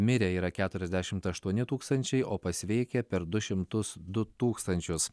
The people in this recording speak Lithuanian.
mirę yra keturiasdešimt aštuoni tūkstančiai o pasveikę per du šimtus du tūkstančius